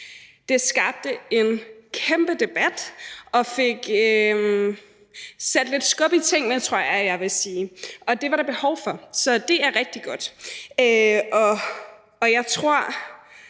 Det skabte en kæmpe debat og fik sat lidt skub i tingene, tror jeg at jeg vil sige. Og det var der behov for, så det er rigtig godt. Jeg vil